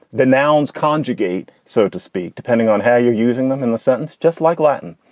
the nouns conjugate, so to speak. depending on how you're using them in the sentence. just like latin.